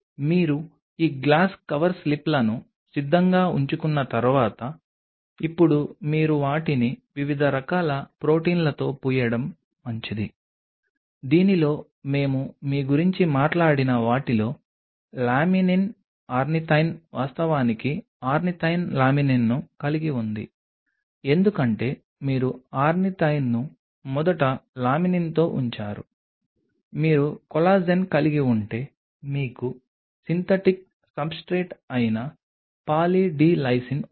మీరు ఈ glass cover స్లిప్లను సిద్ధంగా ఉంచుకున్న తర్వాత ఇప్పుడు మీరు వాటిని వివిధ రకాల ప్రొటీన్లతో పూయడం మంచిది దీనిలో మేము మీ గురించి మాట్లాడిన వాటిలో లామినిన్ ఆర్నిథైన్ వాస్తవానికి ఆర్నిథైన్ లామినిన్ను కలిగి ఉంది ఎందుకంటే మీరు ఆర్నిథైన్ను మొదట లామినిన్తో ఉంచారు మీరు కొల్లాజెన్ కలిగి ఉంటే మీకు సింథటిక్ సబ్స్ట్రేట్ అయిన పాలీ డి లైసిన్ ఉంది